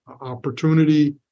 opportunity